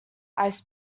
ice